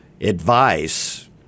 advice